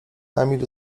emil